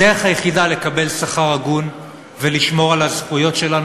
הדרך היחידה לקבל שכר הגון ולשמור על הזכויות שלנו